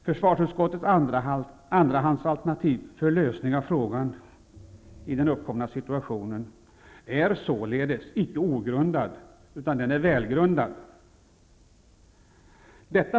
Försvarsutskottets andrahandsalternativ för lösning av frågan i den uppkomna situationen är således icke ogrundat, utan det är välgrundat.